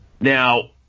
Now